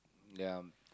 ya